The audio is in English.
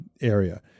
area